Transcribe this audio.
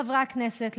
חברי הכנסת,